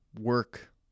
Work